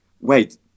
wait